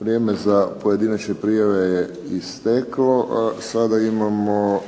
Vrijeme za pojedinačne prijave je isteklo, sada imamo